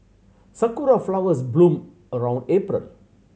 sakura flowers bloom around April